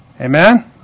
Amen